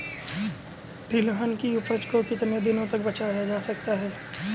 तिलहन की उपज को कितनी दिनों तक बचाया जा सकता है?